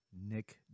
Nick